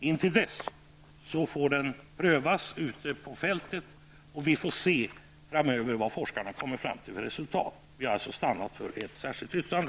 Intill dess får den prövas ute på fältet, och vi får se framöver vad forskarna kommer fram till för resultat. Vi har alltså stannat för ett särskilt yttrande.